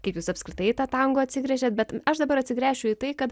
kaip jūs apskritai į tą tango atsigręžėt bet aš dabar atsigręšiu į tai kad